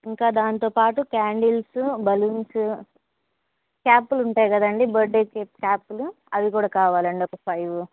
ఇంకా దాంతోపాటు candles balloons చాకులు ఉంటాయి కదండీ బర్త్డే కేక్ చాకులు అవి కూడా కావాలండి ఒక ఫైవ్